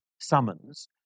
summons